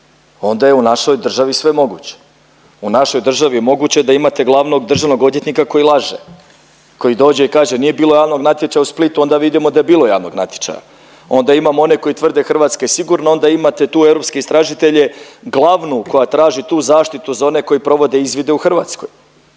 onda je u našoj državi sve moguće. U našoj državi je moguće da imate glavnog državnog odvjetnika koji laže, koji dođe i kaže nije bilo javnog natječaja u Splitu onda vidimo da je bilo javnog natječaja, onda imamo one koji tvrde Hrvatska je sigurna onda imate tu europske istražitelje glavnu koja traži tu zaštitu za one koji provode izvide u Hrvatskoj.